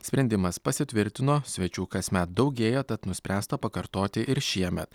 sprendimas pasitvirtino svečių kasmet daugėja tad nuspręsta pakartoti ir šiemet